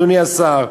אדוני השר,